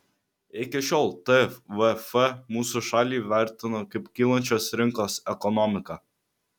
iki šiol tvf mūsų šalį vertino kaip kylančios rinkos ekonomiką